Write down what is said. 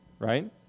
right